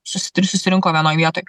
susi ir susirinko vienoj vietoj